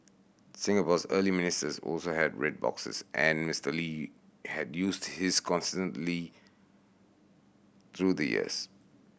Singapore's early ministers also had red boxes and Mister Lee had used his consistently through the years